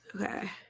okay